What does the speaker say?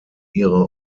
ihre